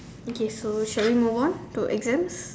okay so shall we move on to exams